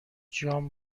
جان